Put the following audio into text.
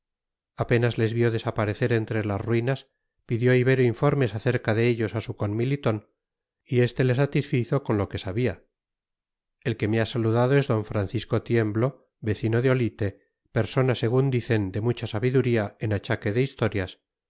apenas les vio desaparecer entre las ruinas pidió ibero informes acerca de ellos a su comilitón y éste le satisfizo con lo que sabía el que me ha saludado es d francisco tiemblo vecino de olite persona según dicen de mucha sabiduría en achaque de historias